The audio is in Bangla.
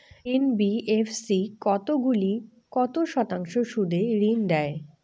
এন.বি.এফ.সি কতগুলি কত শতাংশ সুদে ঋন দেয়?